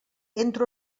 entro